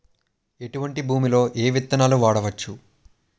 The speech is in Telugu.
ఎటువంటి భూమిలో ఏ విత్తనాలు వాడవచ్చు?